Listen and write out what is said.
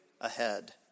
ahead